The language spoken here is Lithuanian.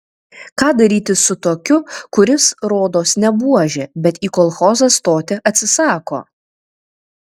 ką daryti su tokiu kuris rodos ne buožė bet į kolchozą stoti atsisako